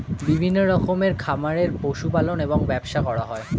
বিভিন্ন রকমের খামারে পশু পালন এবং ব্যবসা করা হয়